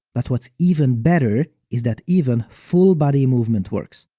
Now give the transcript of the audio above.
but what's even better, is that even full-body movement works.